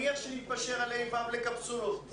נניח שנתפשר על ה' ו' לקפסולות,